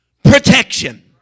Protection